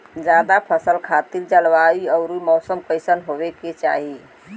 जायद फसल खातिर जलवायु अउर मौसम कइसन होवे के चाही?